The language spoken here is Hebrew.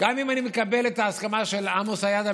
גם אם אני מקבל את ההסכמה של עמוס צייאדה,